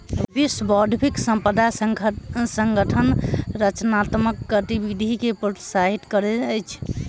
विश्व बौद्धिक संपदा संगठन रचनात्मक गतिविधि के प्रोत्साहित करैत अछि